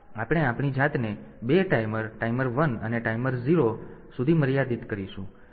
તેથી આપણે આપણી જાતને 2 ટાઈમર ટાઈમર 1 અને ટાઈમર 0 ટાઈમર સુધી મર્યાદિત કરીશું